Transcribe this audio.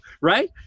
Right